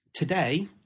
Today